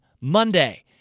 Monday